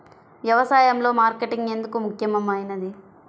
వ్యసాయంలో మార్కెటింగ్ ఎందుకు ముఖ్యమైనది?